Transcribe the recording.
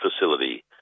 Facility